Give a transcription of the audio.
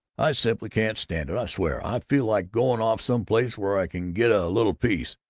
i simply can't stand it. i swear, i feel like going off some place where i can get a little peace.